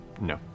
No